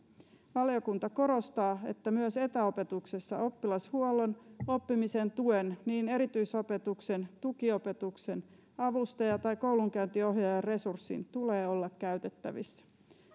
valiokunta korostaa että myös etäopetuksessa oppilashuollon oppimisen tuen niin erityisopetuksen tukiopetuksen kuin avustaja tai koulunkäyntiohjaajaresurssin tulee olla käytettävissä